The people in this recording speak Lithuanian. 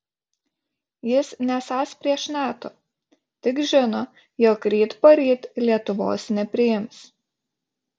jis nesąs prieš nato tik žino jog ryt poryt lietuvos nepriims